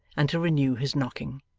and to renew his knocking.